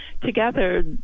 together